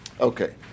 Okay